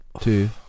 Two